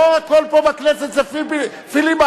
לא הכול פה בכנסת זה פיליבסטרים.